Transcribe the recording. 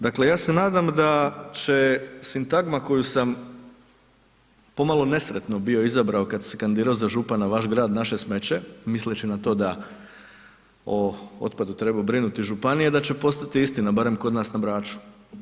Dakle, ja se nadam da će sintagma koju sam pomalo nesretno bio izabrao kad sam se kandidirao za župana, vaš grad naše smeće, misleći na to da o otpadu trebaju brinuti županije da će postati istina, barem kod nas na Braču.